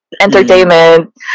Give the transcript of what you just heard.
entertainment